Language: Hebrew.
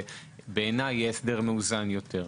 בעיניי זה יהיה הסדר מאוזן יותר.